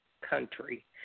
country